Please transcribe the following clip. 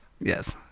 Yes